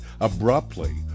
abruptly